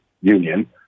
Union